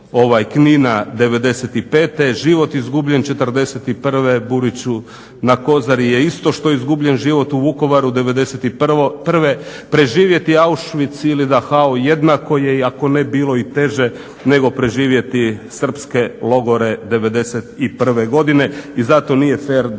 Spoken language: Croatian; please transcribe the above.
Kako je to